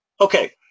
Okay